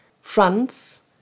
France